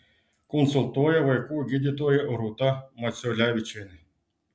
konsultuoja vaikų gydytoja rūta maciulevičienė